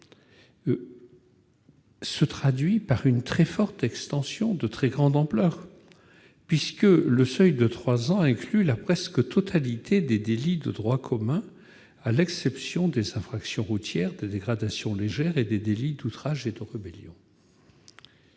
se traduira par une très forte extension du périmètre puisqu'il inclura la presque totalité des délits de droit commun, à l'exception des infractions routières, des dégradations légères et des délits d'outrage et de rébellion